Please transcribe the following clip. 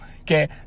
Okay